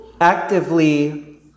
actively